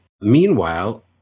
Meanwhile